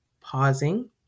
pausing